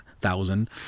thousand